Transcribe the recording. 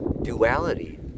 duality